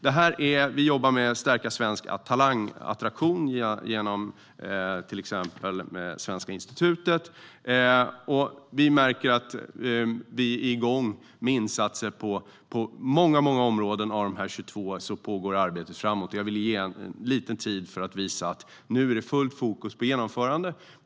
Vi jobbar också med att stärka svensk talangattraktion genom till exempel Svenska institutet. Vi märker att vi är igång med insatser. På många av dessa 22 områden går arbetet framåt. Jag ville ta lite tid för att visa att det nu är fullt fokus på genomförandet.